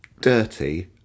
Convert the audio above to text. dirty